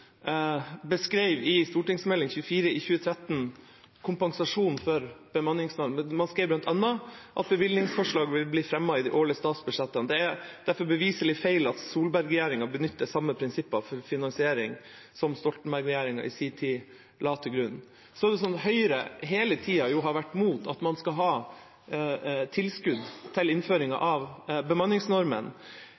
beskrev i Meld. St. 24 for 2012–2013 kompensasjon for bemanningsnorm. Man skrev bl.a. at bevilgningsforslag ville bli fremmet i de årlige statsbudsjettene. Det er derfor beviselig feil at Solberg-regjeringa benytter samme prinsipper for finansiering som Stoltenberg-regjeringa i sin tid la til grunn. Høyre har hele tida har vært imot at man skal ha tilskudd til